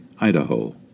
Idaho